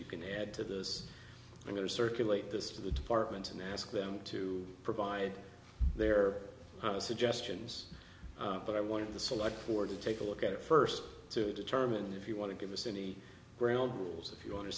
you can add to this i'm going to circulate this to the department and ask them to provide their suggestions but i want to select four to take a look at it first to determine if you want to give us any ground rules if you want